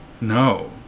No